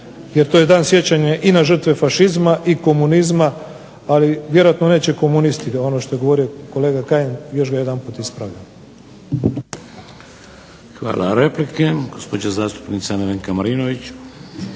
jer to je dan sjećanja i na žrtve fašizma, i komunizma, ali vjerojatno neće komunisti ga, ono što je govorio kolega Kajin, još ga jedanput ispravljam. **Šeks, Vladimir (HDZ)** Hvala. Replike. Gospođa zastupnica Nevenka Marinović.